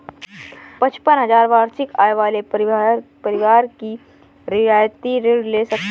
पचपन हजार वार्षिक आय वाले परिवार ही रियायती ऋण ले सकते हैं